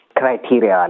criteria